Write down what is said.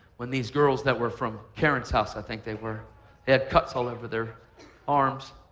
when these girls that were from karen's house, i think they were, they had cuts all over their arms,